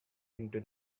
into